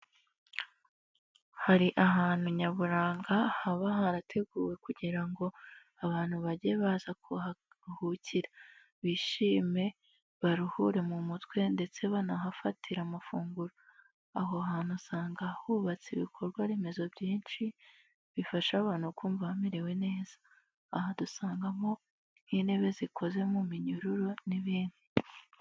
Hari ahantu nyaburanga haba harateguwe kugira ngo abantu bajye baza kuharuhukira, bishime, baruhure mu mutwe ndetse banahafatire amafunguro. Aho hantu usanga hubatse ibikorwa remezo byinshi bifasha abantu kumva bamerewe neza, aha dusangamo nk'intebe zikoze mu minyururu n'ibindi.